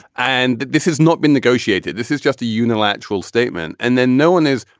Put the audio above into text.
and this has not been negotiated. this is just a unilateral statement. and then no one is.